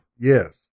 Yes